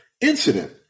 incident